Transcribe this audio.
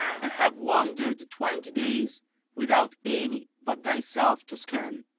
and have wandered twenty days without any but thyself to scan.